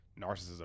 narcissism